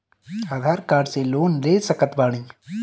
आधार card से loan ले सकत बणी?